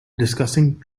discussing